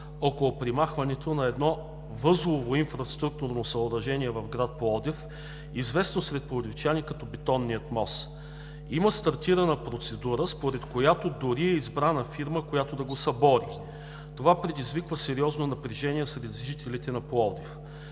около премахването на едно възлово инфраструктурно съоръжение в град Пловдив, известно сред пловдивчани като Бетонния мост. Има стартирала процедура, според която е избрана фирма, която да го събори. Това предизвиква сериозно напрежение сред жителите на Пловдив.